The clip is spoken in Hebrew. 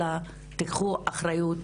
אלא תקחו אחריות